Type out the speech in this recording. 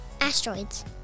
asteroids